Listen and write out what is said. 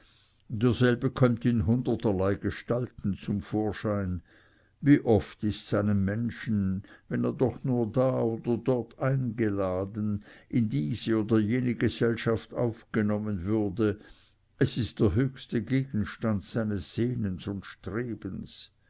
derselbe kömmt in hunderterlei gestalten zum vorschein wie oft ists einem menschen wenn er doch nur da oder dort eingeladen in diese oder jene gesellschaft aufgenommen würde es ist der höchste gegenstand seines sehnens und strebens